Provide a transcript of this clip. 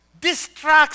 Distracts